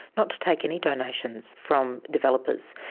not to take any donations from developers.